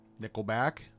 Nickelback